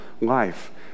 life